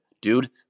dude